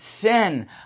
sin